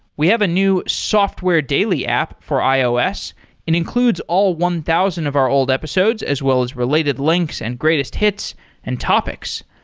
we have a new software daily app for ios. it includes all one thousand of our old episodes as well as related links and greatest hits and topics.